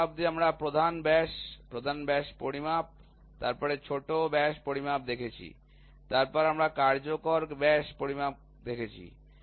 এখন অবধি আমরা প্রধান ব্যাস প্রধান ব্যাস পরিমাপ তারপরে ছোট ব্যাস পরিমাপ দেখেছি তারপর আমরা কার্যকর ব্যাস পরিমাপ দেখেছি